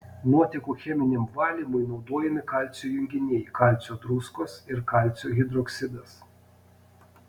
nuotekų cheminiam valymui naudojami kalcio junginiai kalcio druskos ir kalcio hidroksidas